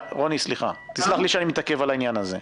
סליחה שאני מתעכב על העניין הזה.